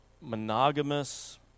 monogamous